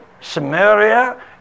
Samaria